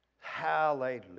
Hallelujah